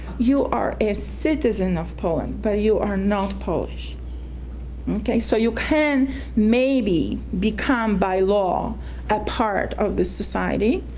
you are a citizen of poland, but you are not polish okay, so you can maybe become by law a part of the society,